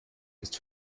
ist